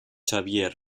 xavier